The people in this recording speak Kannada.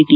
ಟಿ